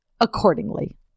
accordingly